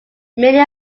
many